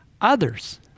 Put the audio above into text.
others